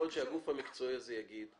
יכול להיות שהגוף המקצועי הזה יגיד: